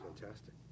fantastic